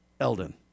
Eldon